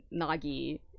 Nagi